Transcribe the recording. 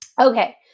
Okay